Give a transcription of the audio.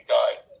Guide